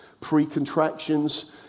pre-contractions